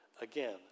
again